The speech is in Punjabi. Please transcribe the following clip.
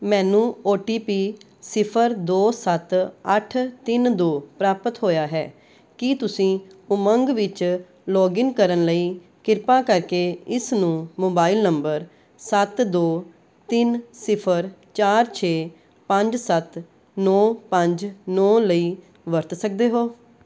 ਮੈਨੂੰ ਓ ਟੀ ਪੀ ਸਿਫ਼ਰ ਦੋ ਸੱਤ ਅੱਠ ਤਿੰਨ ਦੋ ਪ੍ਰਾਪਤ ਹੋਇਆ ਹੈ ਕੀ ਤੁਸੀਂ ਉਮੰਗ ਵਿੱਚ ਲੌਗਇਨ ਕਰਨ ਲਈ ਕਿਰਪਾ ਕਰਕੇ ਇਸ ਨੂੰ ਮੋਬਾਈਲ ਨੰਬਰ ਸੱਤ ਦੋ ਤਿੰਨ ਸਿਫ਼ਰ ਚਾਰ ਛੇ ਪੰਜ ਸੱਤ ਨੌਂ ਪੰਜ ਨੌਂ ਲਈ ਵਰਤ ਸਕਦੇ ਹੋ